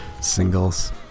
singles